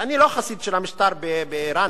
אני לא החסיד של המשטר באירן,